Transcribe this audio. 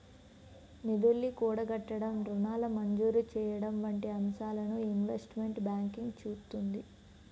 నిధుల్ని కూడగట్టడం, రుణాల మంజూరు చెయ్యడం వంటి అంశాలను ఇన్వెస్ట్మెంట్ బ్యాంకింగ్ చూత్తుంది